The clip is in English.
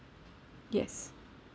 yes